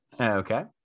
okay